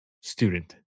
student